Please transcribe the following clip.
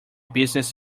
business